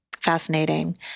Fascinating